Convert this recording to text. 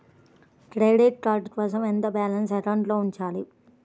Credit card కోసం ఎంత balance అకౌంట్లో ఉంచాలి?